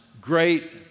great